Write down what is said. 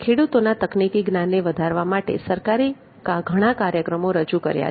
ખેડૂતોના તકનિકી જ્ઞાનને વધારવા માટે સરકારી ઘણા કાર્યક્રમો રજૂ કર્યા છે